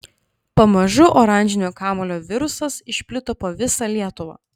pamažu oranžinio kamuolio virusas išplito po visą lietuvą